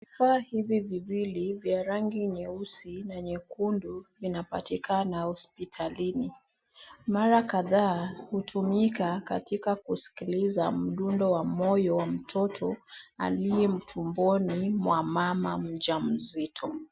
Vifaa hivi viwili vya rangi nyeusi na nyekundu vinapatikana hospitalini. Mara kadhaa hutumika katika kusikiliza mdundo wa moyo wa mtoto aliye tumboni mwa mama mjamzito.